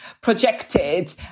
projected